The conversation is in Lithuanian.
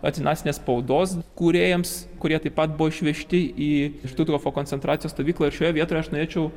antinacinės spaudos kūrėjams kurie taip pat buvo išvežti į štuthofo koncentracijos stovyklą ir šioje vietoje aš norėčiau